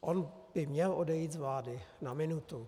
On by měl odejít z vlády na minutu.